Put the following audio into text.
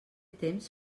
temps